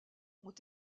ont